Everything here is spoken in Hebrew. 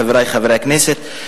חברי חברי הכנסת,